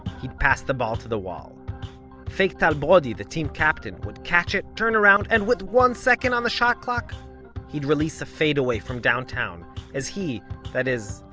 he'd pass the ball to the wall fake tal brody, the the team captain, would catch it, turn around, and with one second on the shot clock he'd release a fade-away from downtown as he that is,